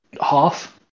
half